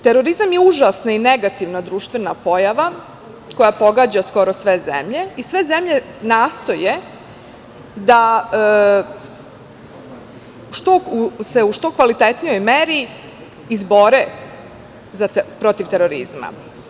Terorizam je užasna i negativna društvena pojava koja pogađa skoro sve zemlje i sve zemlje nastoje da se u što kvalitetnijoj meri izbore protiv terorizma.